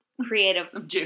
creative